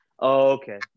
okay